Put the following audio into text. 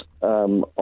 on